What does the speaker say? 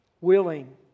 willing